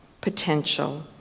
potential